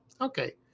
Okay